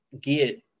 get